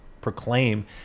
proclaim